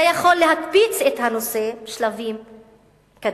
זה יכול להקפיץ את הנושא שלבים קדימה.